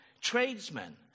tradesmen